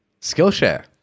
skillshare